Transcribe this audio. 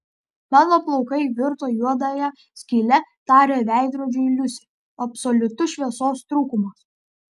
mano plaukai virto juodąja skyle tarė veidrodžiui liusė absoliutus šviesos trūkumas